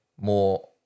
more